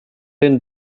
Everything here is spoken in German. den